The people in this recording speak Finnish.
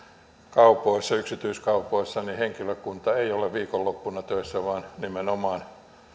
yksityiskaupoissa henkilökunta ei ole viikonloppuna töissä vaan nimenomaan